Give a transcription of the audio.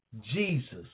Jesus